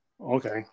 okay